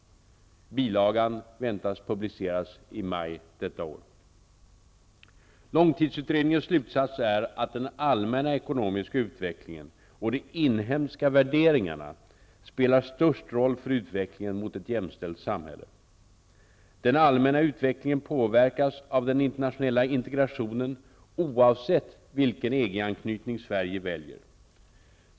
Bilagan väntas publiceras i maj 1992. Långtidsutredningens slutsats är att den allmänna ekonomiska utvecklingen och de inhemska värderingarna spelar störst roll för utvecklingen mot ett jämställt samhälle. Den allmänna ekonomiska utvecklingen påverkas av den internationella integrationen, oavsett vilken EG anknytning Sverige väljer.